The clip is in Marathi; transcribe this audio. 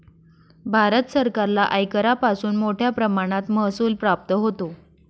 भारत सरकारला आयकरापासून मोठया प्रमाणात महसूल प्राप्त होतो